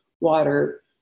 water